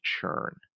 churn